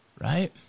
Right